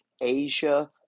Asia